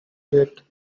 bit